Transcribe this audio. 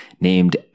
named